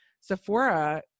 Sephora